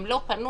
הם לא פנו,